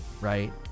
right